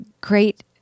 great